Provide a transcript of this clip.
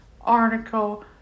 article